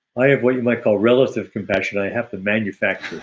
i have what you might call relative compassion. i have to manufacture.